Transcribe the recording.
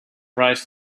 price